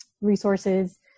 resources